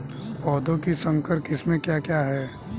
पौधों की संकर किस्में क्या क्या हैं?